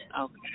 Okay